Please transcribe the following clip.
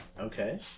Okay